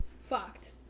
fucked